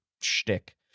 shtick